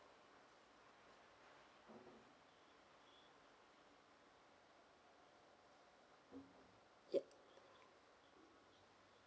yup